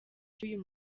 cy’uyu